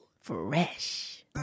Fresh